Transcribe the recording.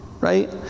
right